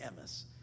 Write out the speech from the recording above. MS